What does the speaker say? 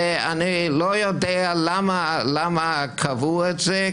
ואני לא יודע למה קבעו את זה,